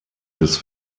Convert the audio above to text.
des